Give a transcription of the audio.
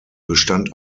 bestand